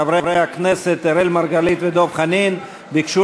חברי הכנסת אראל מרגלית ודב חנין ביקשו